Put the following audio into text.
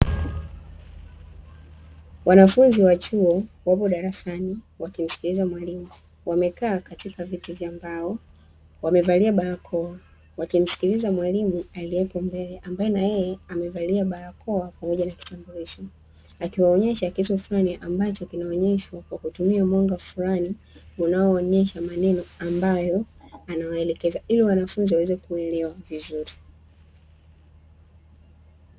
Wanafunzi wa chuo wapo darasani wakimsikiliza mwalimu. Wamekaa katika viti vya mbao wamevalia barakoa, wakimsikiliza mwalimu aliyeko mbele ambaye na yeye amevalia barakoa pamoja na kitambulisho, akiwaonyesha kitu fulani ambacho kinaonyeshwa kwa kutumia mwanga fulani unaoonyesha maneno ambayo anawaelekeza ili wanafunzi waweze kuelewa vizuri.